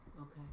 okay